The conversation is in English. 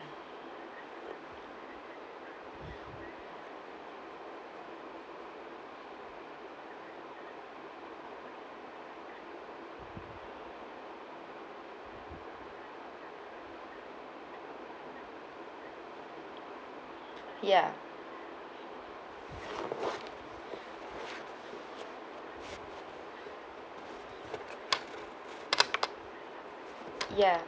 hmm ya ya